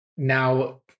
now